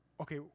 okay